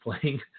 playing